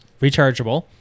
rechargeable